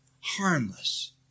Harmless